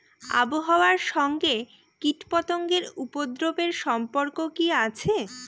আবহাওয়ার সঙ্গে কীটপতঙ্গের উপদ্রব এর সম্পর্ক কি আছে?